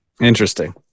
Interesting